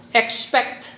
expect